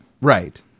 Right